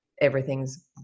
everything's